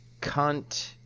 cunt